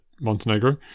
Montenegro